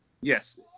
Yes